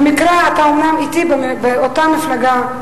במקרה אתה אומנם אתי באותה מפלגה,